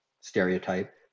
stereotype